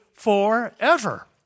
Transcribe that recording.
forever